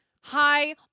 hi